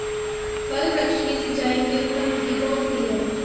फल वृक्ष की सिंचाई की उत्तम विधि कौन सी है?